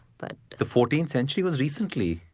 but the fourteenth century was recently.